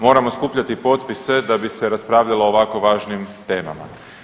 Moramo skupljati potpise da bi se raspravljalo o ovako važnim temama.